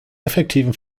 effektiven